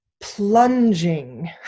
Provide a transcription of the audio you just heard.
plunging